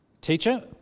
Teacher